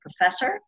professor